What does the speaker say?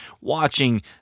watching